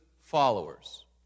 followers